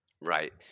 Right